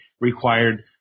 required